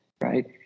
Right